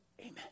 Amen